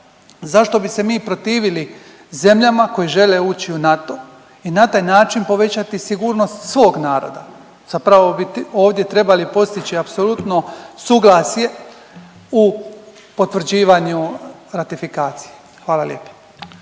zašto bi se mi protivili zemljama koje žele ući u NATO i na taj način povećati sigurnost svog naroda. Zapravo bi ovdje trebali postići apsolutno suglasje u potvrđivanju ratifikacije. Hvala lijepo.